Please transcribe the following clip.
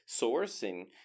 sourcing